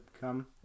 come